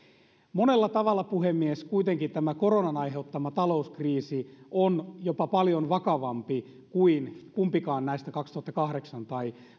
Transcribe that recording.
monella tavalla puhemies kuitenkin tämä koronan aiheuttama talouskriisi on jopa paljon vakavampi kuin kumpikaan näistä vuoden kaksituhattakahdeksan tai